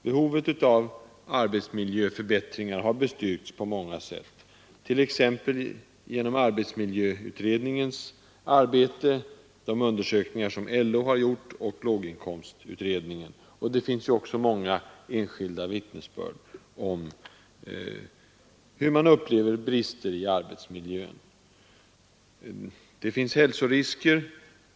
Behovet av arbetsmiljöförbättringar har bestyrkts på många sätt, t.ex. genom arbetsmiljöutredningens arbete, de undersökningar som LO har gjort och låginkomstutredningen. Det finns också många enskilda vittnesbörd om hur man upplever brister i arbetsmiljön. Det finns hälsorisker.